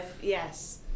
yes